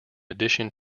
addition